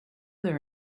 there